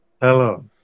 Hello